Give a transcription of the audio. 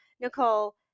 Nicole